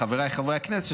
חבריי חברי הכנסת,